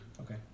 Okay